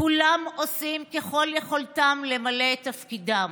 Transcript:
כולם עושים ככל יכולתם למלא את תפקידם.